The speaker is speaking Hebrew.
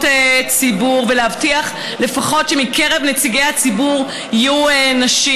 ציבור ולהבטיח לפחות שמקרב נציגי הציבור יהיו נשים,